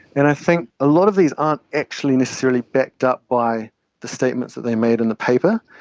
and i think a lot of these aren't actually necessarily backed up by the statements that they made in the paper,